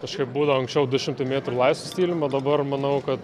kažkaip būdavo anksčiau du šimtai metrų laisvu stilium o dabar manau kad